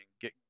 get